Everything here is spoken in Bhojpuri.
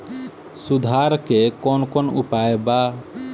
सुधार के कौन कौन उपाय वा?